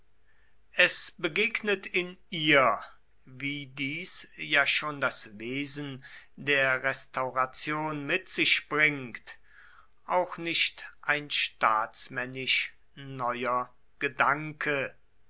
es begegnet in ihr wie dies ja schon das wesen der restauration mit sich bringt auch nicht ein staatsmännisch neuer gedanke